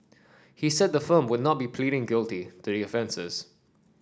he said the firm would not be pleading guilty to